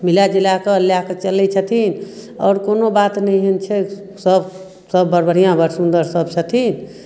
मिला जुला कऽ लए कऽ चलै छथिन आओर कोनो बात नहि एहन छै सब सब बड़ बढ़िआँ बड़ सुन्दर सब छथिन